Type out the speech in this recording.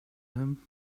him